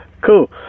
Cool